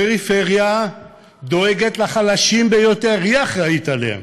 הפריפריה דואגת לחלשים ביותר, היא האחראית להם,